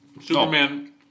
Superman